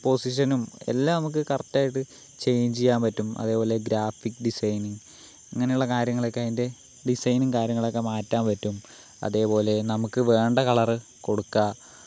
പൊസിഷനും എല്ലാം നമുക്ക് കറക്റ്റായിട്ട് ചേഞ്ച് ചെയ്യാൻ പറ്റും അതേപോലെ ഗ്രാഫിക് ഡിസൈനിങ് അങ്ങനെയുള്ള കാര്യങ്ങളൊക്കെ അതിൻ്റെ ഡിസൈനും കാര്യങ്ങളൊക്കെ മാറ്റാനും പറ്റും അതേപോലെ നമുക്ക് വേണ്ട കളർ കൊടുക്കുക